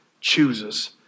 chooses